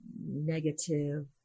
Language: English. negative